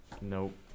Nope